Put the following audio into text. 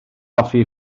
hoffi